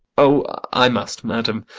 o, i must, madam.